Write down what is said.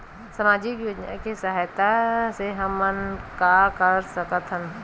सामजिक योजना के सहायता से हमन का का कर सकत हन?